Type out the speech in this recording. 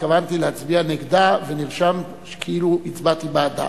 התכוונתי להצביע נגדה ונרשם שכאילו הצבעתי בעדה.